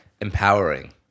Empowering